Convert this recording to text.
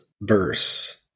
verse